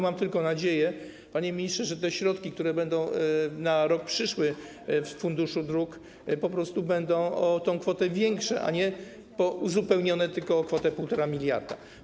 Mam tylko nadzieję, panie ministrze, że te środki, które będą na rok przyszły w funduszu dróg, po prostu będą o tę kwotę większe, a nie uzupełnione tylko o kwotę 1,5 mld.